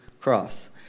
cross